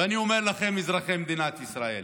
ואני אומר לכם, אזרחי מדינת ישראל,